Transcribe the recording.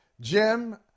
Jim